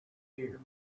year